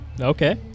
Okay